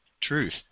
truth